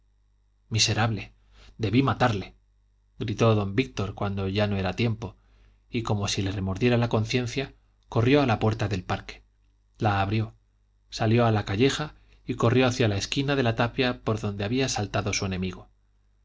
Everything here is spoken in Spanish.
miserable debí matarle gritó don víctor cuando ya no era tiempo y como si le remordiera la conciencia corrió a la puerta del parque la abrió salió a la calleja y corrió hacia la esquina de la tapia por donde había saltado su enemigo